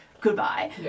goodbye